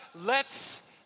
lets